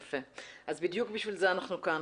אז בדיוק בשביל זה אנחנו כאן,